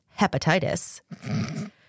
hepatitis